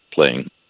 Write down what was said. playing